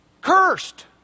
cursed